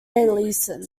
leeson